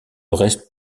reste